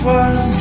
one